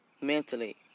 mentally